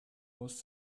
was